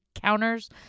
counters